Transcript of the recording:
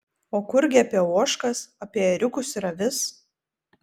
o kurgi apie ožkas apie ėriukus ir avis